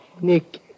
Nick